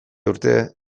urte